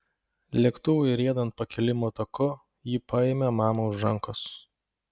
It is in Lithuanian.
lėktuvui riedant pakilimo taku ji paėmė mamą už rankos